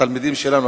התלמידים שלנו,